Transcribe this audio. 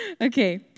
Okay